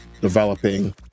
developing